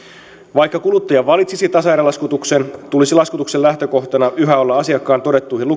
vaikka kuluttaja valitsisi tasaerälaskutuksen tulisi laskutuksen lähtökohtana yhä olla asiakkaan todettuihin